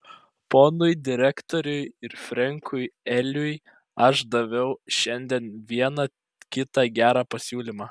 ponui direktoriui ir frenkui eliui aš daviau šiandien vieną kitą gerą pasiūlymą